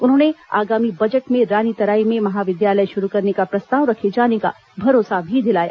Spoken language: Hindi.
उन्होंने आगामी बजट में रानीतराई में महाविद्यालय शुरू करने का प्रस्ताव रखे जाने का भरोसा भी दिलाया